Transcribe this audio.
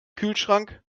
kühlschrank